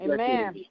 Amen